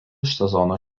sezono